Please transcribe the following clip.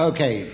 Okay